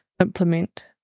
implement